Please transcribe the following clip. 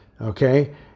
Okay